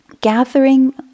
Gathering